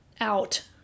out